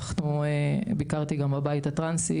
ביקרתי בבית הטרנסי,